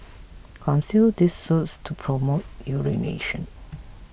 consume this soups to promote urination